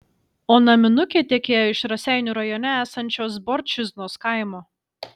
o naminukė tekėjo iš raseinių rajone esančio zborčiznos kaimo